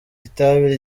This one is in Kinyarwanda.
itabi